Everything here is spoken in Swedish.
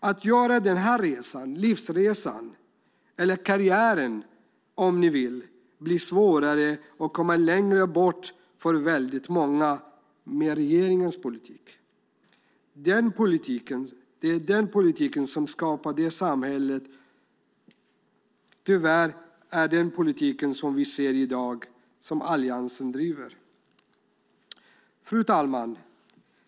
Att göra denna livsresa - karriär, om ni vill - blir svårare och kommer längre bort för många med regeringens politik. Det är den politiken som skapar det samhället. Tyvärr är det den politiken vi ser i dag och som Alliansen bedriver. Fru talman!